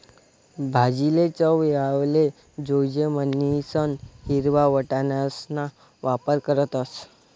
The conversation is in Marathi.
भाजीले चव येवाले जोयजे म्हणीसन हिरवा वटाणासणा वापर करतस